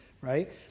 Right